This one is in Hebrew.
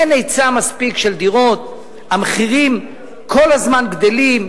אין היצע מספיק של דירות, המחירים כל הזמן גדלים.